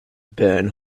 burn